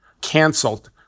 canceled